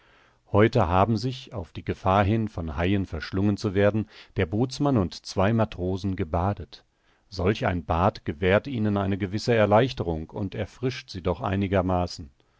heute haben sich auf die gefahr hin von haien verschlungen zu werden der bootsmann und zwei matrosen gebadet solch ein bad gewährt ihnen eine gewisse erleichterung und erfrischt sie doch einigermaßen